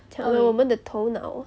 抢了我们的头脑